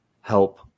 help